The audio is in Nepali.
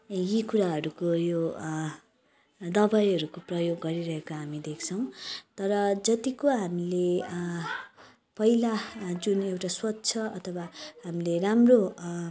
यी कुराहरूको यो दबाईहरूको प्रयोग गरिरहेका हामी देख्छौँ तर जत्तिको हामीले पहिला जुन एउटा स्वच्छ अथवा हामीले राम्रो